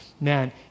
man